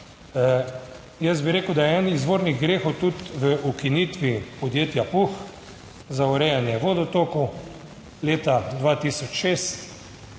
Jaz bi rekel, da je eden izvornih grehov tudi v ukinitvi podjetja PUH za urejanje vodotokov leta 2006.